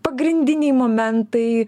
pagrindiniai momentai